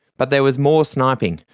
but there was more sniping.